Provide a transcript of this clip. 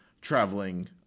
traveling